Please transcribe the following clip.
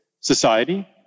society